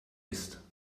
ist